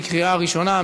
בקריאה ראשונה.